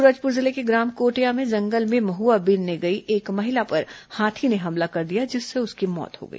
सूरजपुर जिले के ग्राम कोटया में जंगल में महुआ बीनने गई एक महिला पर हाथी ने हमला कर दिया जिससे उसकी मौत हो गई